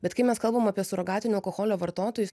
bet kai mes kalbam apie surogatinio alkoholio vartotojus